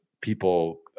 people